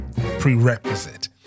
prerequisite